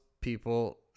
people